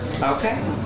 Okay